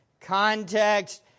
context